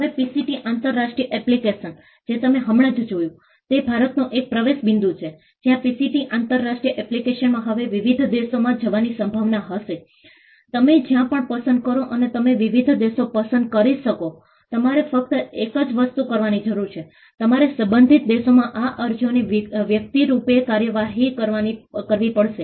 હવે પીસીટી આંતરરાષ્ટ્રીય એપ્લિકેશન જે તમે હમણાં જ જોયું તે ભારતનો એક પ્રવેશ બિંદુ છે જ્યાં પીસીટી આંતરરાષ્ટ્રીય એપ્લિકેશનમાં હવે વિવિધ દેશોમાં જવાની સંભાવના હશે તમે જ્યાં પણ પસંદ કરો અને તમે વિવિધ દેશો પસંદ કરી શકો તમારે ફક્ત એક જ વસ્તુ કરવાની જરૂર છે તમારે સંબંધિત દેશોમાં આ અરજીઓની વ્યક્તિગત રૂપે કાર્યવાહી કરવી પડશે